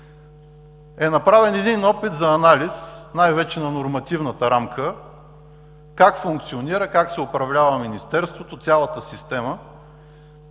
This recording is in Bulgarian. е направен опит за анализ най-вече на нормативната рамка – как функционира, как се управлява Министерството, цялата система.